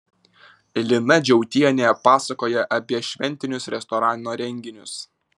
lina džiautienė pasakoja apie šventinius restorano renginius